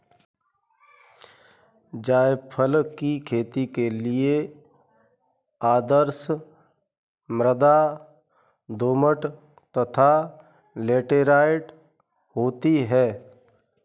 जायफल की खेती के लिए आदर्श मृदा दोमट तथा लैटेराइट होती है